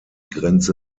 grenze